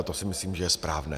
To si myslím, že je správné.